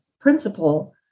principle